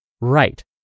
Right